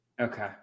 Okay